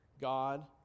God